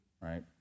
right